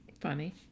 Funny